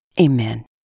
Amen